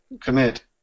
commit